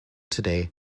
today